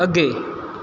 ਅੱਗੇ